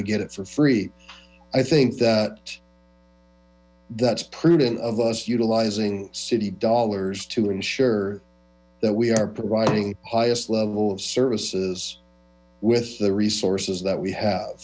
to get it for free i think that that's prudent of us utilizing city dollars to ensure that we are providing highest level services with the resources that we have